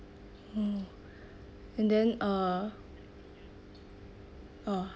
uh and then uh ah